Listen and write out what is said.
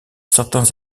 certains